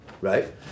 Right